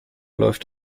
läuft